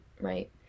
right